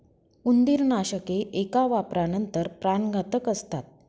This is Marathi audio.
उंदीरनाशके एका वापरानंतर प्राणघातक असतात